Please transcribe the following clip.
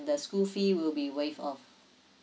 the school fee will be waived off